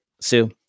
Sue